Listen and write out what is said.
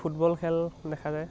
football খেল দেখা যায়